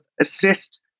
assist